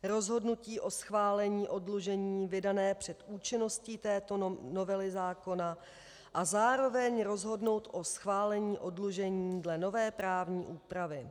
... rozhodnutí o schválení oddlužení vydané před účinností této novely zákona a zároveň rozhodnout o schválení oddlužení dle nové právní úpravy.